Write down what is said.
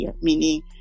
meaning